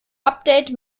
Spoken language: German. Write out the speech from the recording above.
update